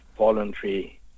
Voluntary